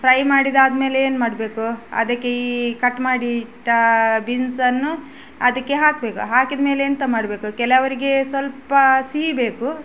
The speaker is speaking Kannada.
ಫ್ರೈ ಮಾಡಿದ್ದಾದ್ಮೇಲೆ ಏನು ಮಾಡಬೇಕು ಅದಕ್ಕೆ ಈ ಕಟ್ ಮಾಡಿಟ್ಟ ಬೀನ್ಸನ್ನು ಅದಕ್ಕೆ ಹಾಕಬೇಕು ಹಾಕಿದ ಮೇಲೆ ಎಂತ ಮಾಡಬೇಕು ಕೆಲವರಿಗೆ ಸ್ವಲ್ಪ ಸಿಹಿ ಬೇಕು